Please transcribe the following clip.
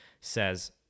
says